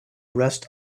rest